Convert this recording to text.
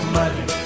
money